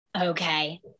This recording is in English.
okay